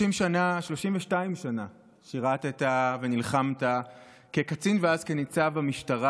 32 שנה שירת ונלחמת כקצין ואז כניצב במשטרה.